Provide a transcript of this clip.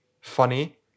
funny